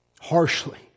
harshly